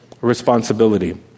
responsibility